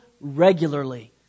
regularly